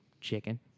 Chicken